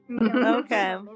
Okay